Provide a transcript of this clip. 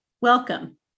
Welcome